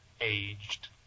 aged